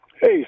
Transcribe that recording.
Hey